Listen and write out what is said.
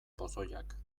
pozoiak